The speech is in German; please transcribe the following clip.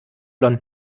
keine